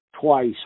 twice